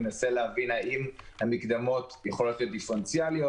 ננסה להבין האם המקדמות יכולות להיות דיפרנציאליות,